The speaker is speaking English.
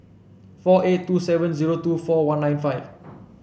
four eight two seven zero two four one nine five